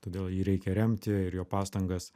todėl jį reikia remti ir jo pastangas